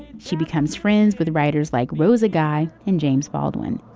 she becomes friends with writers like rosa guy and james baldwin